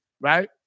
right